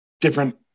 different